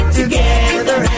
together